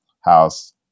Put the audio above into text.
house